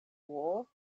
war